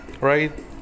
right